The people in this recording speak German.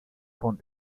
von